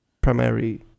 primary